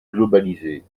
globalisées